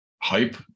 hype